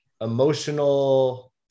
emotional